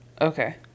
Okay